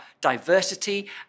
diversity